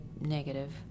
negative